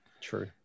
true